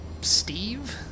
Steve